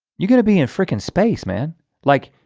you got to be in fricking space man like